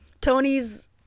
Tony's